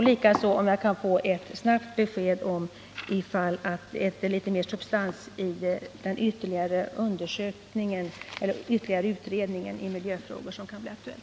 Likaså vill jag ha ett snabbt besked om huruvida det blir substans i den utredning av miljön som kan bli aktuell.